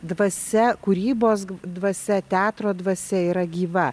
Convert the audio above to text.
dvasia kūrybos dvasia teatro dvasia yra gyva